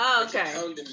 okay